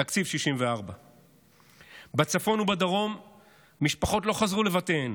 תקציב 64. בצפון ובדרום משפחות לא חזרו לבתיהן.